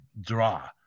draw